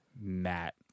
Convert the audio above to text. Matt